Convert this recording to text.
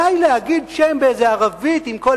די להגיד שם באיזה ערבית, עם כל